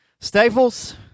Staples